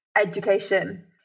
education